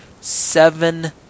seven